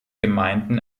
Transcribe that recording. gemeinden